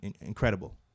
incredible